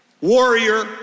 warrior